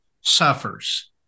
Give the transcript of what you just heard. suffers